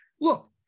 look